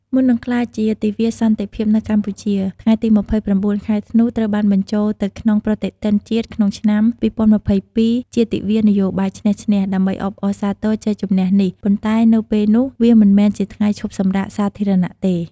មុននឹងក្លាយជា "ទិវាសន្តិភាពនៅកម្ពុជា" ថ្ងៃទី ២៩ ខែធ្នូ ត្រូវបានបញ្ចូលទៅក្នុងប្រតិទិនជាតិក្នុងឆ្នាំ ២០២២ ជា "ទិវានយោបាយឈ្នះ-ឈ្នះ" ដើម្បីអបអរសាទរជ័យជម្នះនេះ ប៉ុន្តែនៅពេលនោះវាមិនមែនជាថ្ងៃឈប់សម្រាកសាធារណៈទេ។